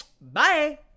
Bye